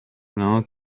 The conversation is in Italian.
l’uomo